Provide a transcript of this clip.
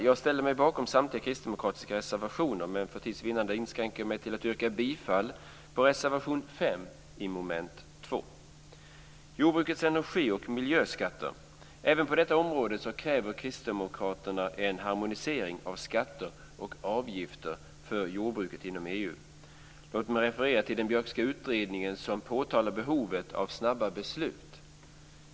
Jag ställer mig bakom samtliga kristdemokratiska reservationer, men för tids vinnande inskränker jag mig till att yrka bifall till reservation 5 Även på området jordbrukets energi och miljöskatter kräver kristdemokraterna en harmonisering av skatter och avgifter inom EU. Låt mig referera till den Björkska utredningen, som påtalar behovet av snabba beslut.